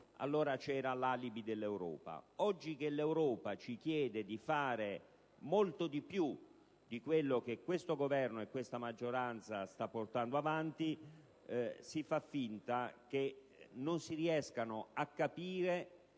allora vi era l'alibi dell'Europa; oggi che l'Europa ci chiede di fare molto di più di quanto il Governo e la maggioranza stanno portando avanti, si fa finta che non si riescano a capire